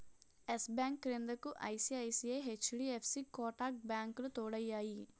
yes Bank క్రిందకు ICICI, HDFC Kotak బ్యాంకులు తోడయ్యాయి